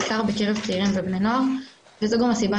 בעיקר בקרב צעירים ובני נוער וזו גם הסיבה